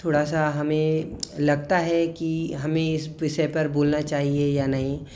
थोड़ा सा हमें लगता है कि हमें इस विषय पर बोलना चाहिए या नहीं